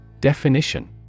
Definition